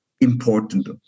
Important